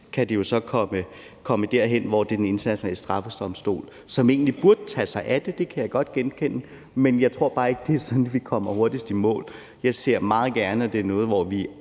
kan det jo så på sigt komme derhen til Den Internationale Straffedomstol, som egentlig burde tage sig af det. Det kan jeg godt genkende, men jeg tror bare ikke, det er sådan, vi kommer hurtigst i mål. Jeg ser meget gerne, at det er noget, hvor vi